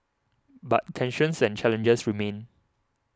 but tensions and challenges remain